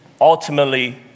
ultimately